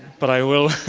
but i will